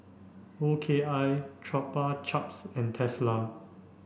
O K I Chupa Chups and Tesla